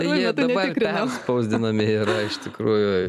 tai jie dabar perspausdinami yra iš tikrųjų